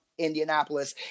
Indianapolis